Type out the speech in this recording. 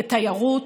בתיירות,